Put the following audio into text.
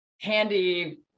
handy